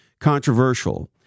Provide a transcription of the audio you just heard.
controversial